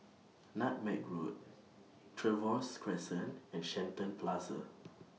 Nutmeg Road Trevose Crescent and Shenton Plaza